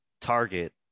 Target